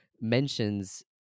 Mentions